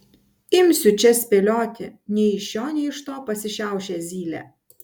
imsiu čia spėlioti nei iš šio nei iš to pasišiaušė zylė